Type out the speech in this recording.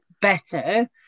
better